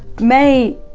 may.